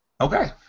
Okay